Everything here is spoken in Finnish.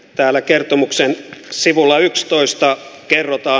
täällä kertomuksen sivulla yksitoista kertaa